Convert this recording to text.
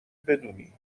بدونی